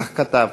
כך כתב.